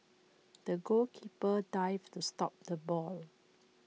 the goalkeeper dived to stop the ball